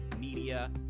media